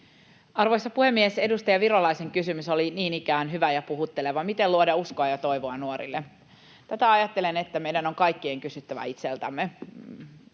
Arvoisa puhemies! Edustaja Virolaisen kysymys oli niin ikään hyvä ja puhutteleva: miten luoda uskoa ja toivoa nuorille? Ajattelen, että tätä meidän on kaikkien kysyttävä itseltämme.